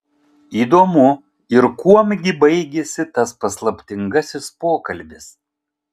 įdomu ir kuom gi baigėsi tas paslaptingasis pokalbis